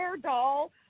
doll